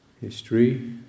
history